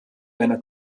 einer